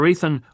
Ethan